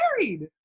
married